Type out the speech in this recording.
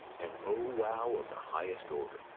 and oh wow of the highest order.